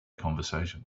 conversation